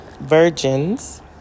virgins